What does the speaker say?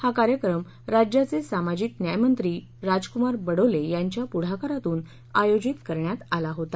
हा कार्यक्रम राज्याचे सामाजिक न्याय मंत्री राजकुमार बडोले यांच्या पुढाकारातुन आयोजित करण्यात आला होता